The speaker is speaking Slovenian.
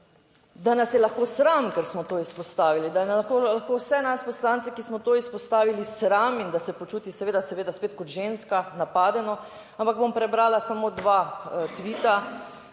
da nas je lahko sram, ker smo to izpostavili, da je lahko vse nas poslance, ki smo to izpostavili, sram in da se počuti seveda, seveda spet kot ženska, napadeno, ampak bom prebrala samo dva tvita